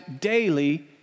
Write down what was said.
daily